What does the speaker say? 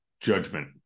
judgment